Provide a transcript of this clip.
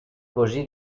così